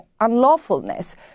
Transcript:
unlawfulness